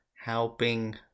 Helping